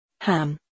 Ham